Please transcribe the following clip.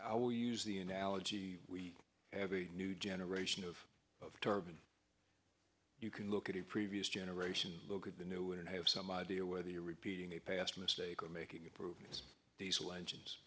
i will use the analogy we have a new generation of of carbon you can look at the previous generation look at the new and have some idea whether you're repeating a past mistake or making improvements diesel engines